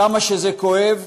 כמה שזה כואב,